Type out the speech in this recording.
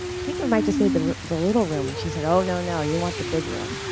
i think we might just need the the little room. and she said, oh, no. no. you want the big room.